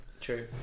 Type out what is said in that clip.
True